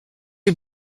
are